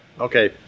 Okay